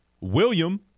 William